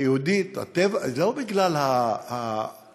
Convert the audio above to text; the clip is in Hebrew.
יהודית, לא בגלל האופי.